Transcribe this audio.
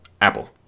Apple